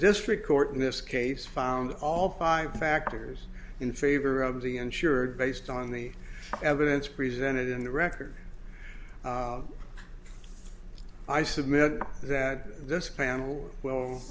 district court in this case found all five factors in favor of the insured based on the evidence presented in the record i submit that this